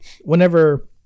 whenever